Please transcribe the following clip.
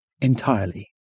entirely